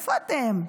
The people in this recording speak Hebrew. מאיפה אתם?